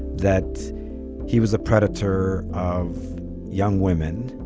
that he was a predator of young women,